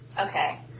Okay